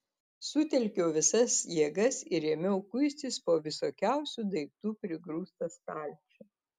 sutelkiau visas jėgas ir ėmiau kuistis po visokiausių daiktų prigrūstą stalčių